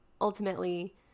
ultimately